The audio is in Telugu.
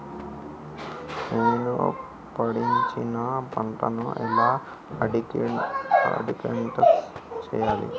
నేను పండించిన పంటను ఎలా అడ్వటైస్ చెయ్యాలే?